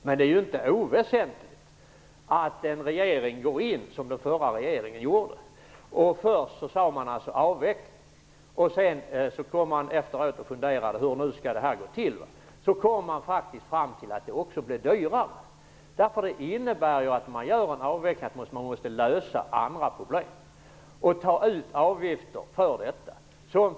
Men det är inte oväsentligt i sammanhanget att den förra regeringen först sade att det skulle ske en avveckling för att därefter börja fundera på hur det skulle gå till. Då kom man fram till att det faktiskt blev dyrare. Vid en avveckling måste andra problem lösas och avgifter måste tas ut.